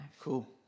cool